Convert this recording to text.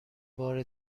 بار